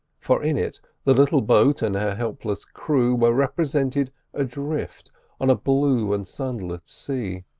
for in it the little boat and her helpless crew were represented adrift on a blue and sunlit sea.